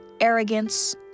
arrogance